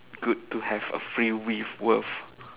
good to have a free with worth